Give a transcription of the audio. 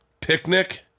picnic